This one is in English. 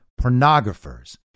pornographers